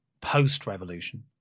post-revolution